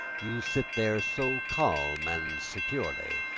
you sit there so calm and securely,